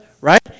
right